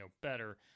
better –